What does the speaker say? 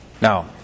Now